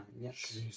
yes